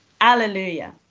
Alleluia